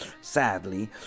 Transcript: sadly